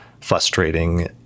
frustrating